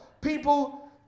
People